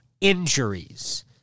injuries